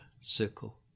circle